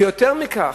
ויותר מכך,